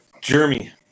Jeremy